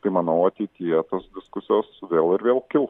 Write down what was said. tai manau ateityje tos diskusijos vėl ir vėl kils